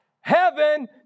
heaven